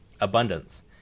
abundance